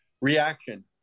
reaction